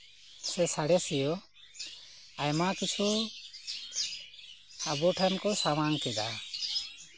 ᱥᱮ ᱥᱟᱬᱮᱥᱤᱭᱟᱹ ᱟᱭᱢᱟ ᱠᱤᱪᱷᱩ ᱟᱵᱚ ᱴᱷᱮᱱ ᱠᱚ ᱥᱟᱢᱟᱝ ᱠᱮᱫᱟ